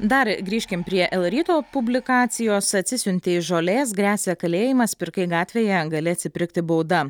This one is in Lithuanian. dar grįžkim prie elryto publikacijos atsisiuntei žolės gresia kalėjimas pirkai gatvėje gali atsipirkti bauda